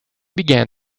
began